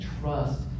trust